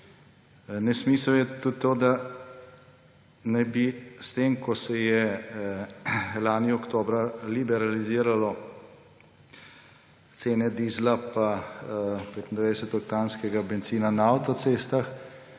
Nesmisel je tudi to, da naj bi to, ko se je lani oktobra liberaliziralo cene dizla pa 95-oktanskega bencina na avtocestah,